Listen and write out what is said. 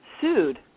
sued